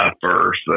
first